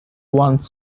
one